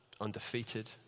undefeated